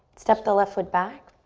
step the left foot back.